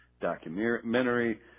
documentary